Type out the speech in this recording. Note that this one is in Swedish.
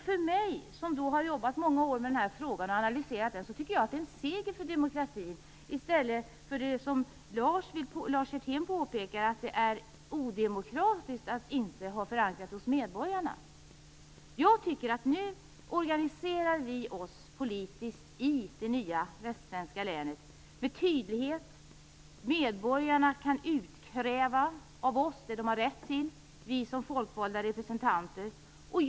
För mig som länge har jobbat med dessa frågor och analyserat dem är detta en seger för demokratin i stället för - som Lars Hjertén uttryckte det - odemokratiskt att inte ha gjort en förankring hos medborgarna. Nu organiserar vi oss politiskt i det nya västsvenska länet. Det blir då en tydlighet där medborgarna kan utkräva av oss som folkvalda representanter det som de ha rätt till.